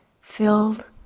filled